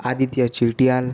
Aditya Chitiyal